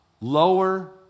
lower